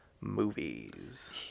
movies